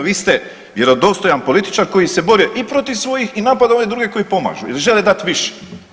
Vi ste vjerodostojan političar koji se bori i protiv svojih i napada one druge koji pomažu ili žele dat više.